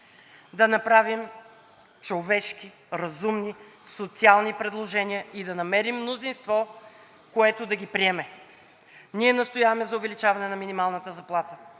да направим човешки, разумни, социални предложения и да намерим мнозинство, което да ги приеме. Ние настояваме за увеличаване на минималната заплата,